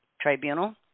tribunal